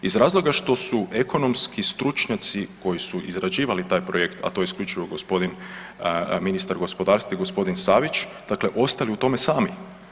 Iz razloga što su ekonomski stručnjaci koji su izrađivali taj projekt, a to je isključivo gospodin, ministar gospodarstva i g. Savić, dakle ostali u tome sami.